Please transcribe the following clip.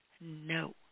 No